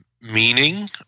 meaning